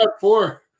four